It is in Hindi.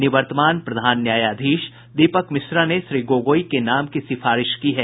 निवर्तमान प्रधान न्यायाधीश दीपक मिश्रा ने श्री गोगई के नाम की सिफारिश की है